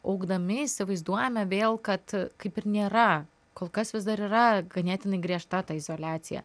augdami įsivaizduojame vėl kad kaip ir nėra kol kas vis dar yra ganėtinai griežta ta izoliacija